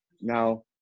now